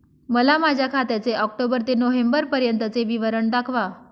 मला माझ्या खात्याचे ऑक्टोबर ते नोव्हेंबर पर्यंतचे विवरण दाखवा